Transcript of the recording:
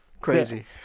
Crazy